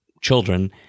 children